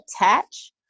attach